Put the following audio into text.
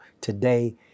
today